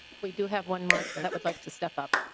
we do have one more that would like to step up.